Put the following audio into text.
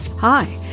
Hi